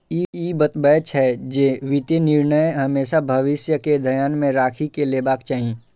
ई बतबै छै, जे वित्तीय निर्णय हमेशा भविष्य कें ध्यान मे राखि कें लेबाक चाही